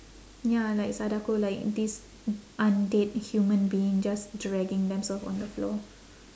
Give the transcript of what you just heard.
ya like sadako like this undead human being just dragging themselves on the floor